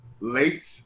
late